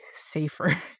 safer